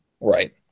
right